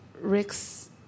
Rick's